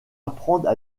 apprendre